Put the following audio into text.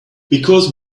because